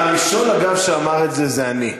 הראשון, אגב, שאמר את זה זה אני.